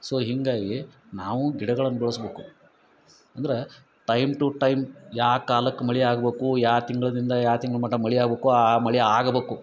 so ಹೀಗಾಗಿ ನಾವೂ ಗಿಡಗಳನ್ನು ಬೆಳೆಸ್ಬೇಕು ಅಂದ್ರೆ ಟೈಮ್ ಟು ಟೈಮ್ ಯಾವ ಕಾಲಕ್ಕೆ ಮಳೆ ಆಗಬೇಕು ಯಾವ ತಿಂಗಳದಿಂದ ಯಾವ ತಿಂಗ್ಳ ಮಟ ಮಳೆ ಆಬೇಕು ಆ ಮಳೆ ಆಗ್ಬೇಕು